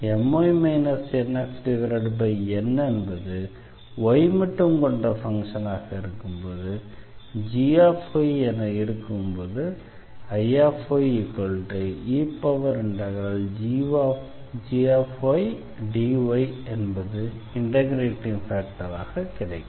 My NxN என்பது y மட்டும் கொண்ட ஃபங்ஷனாக g என இருக்கும்போது Iye∫gydy என்பது இண்டெக்ரேட்டிங் ஃபேக்டராக கிடைக்கிறது